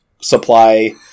supply